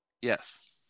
Yes